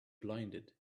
blinded